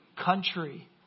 country